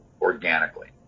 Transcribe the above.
organically